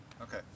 okay